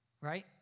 Right